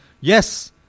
Yes